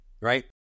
right